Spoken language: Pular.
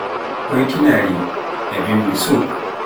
Poitinaari e bimbi suff